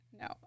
No